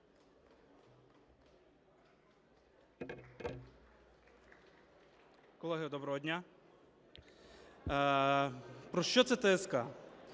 Колеги, доброго дня! Про що це ТСК?